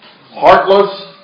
heartless